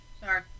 Sorry